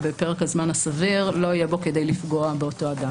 אחרי שלוש שנים הם לא יכולים להשתמש בו,